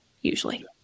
usually